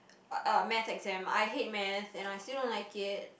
uh uh Math exam I hate Math and I still don't like it